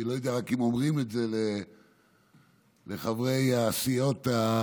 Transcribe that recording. ואני רק לא יודע אם אומרים את זה לחברי הסיעות הערביות,